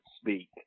speak